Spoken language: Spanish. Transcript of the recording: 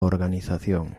organización